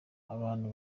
abantu